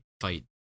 fight